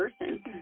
person